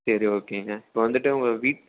சரி ஓகேங்க இப்போ வந்துட்டு உங்கள் வீட்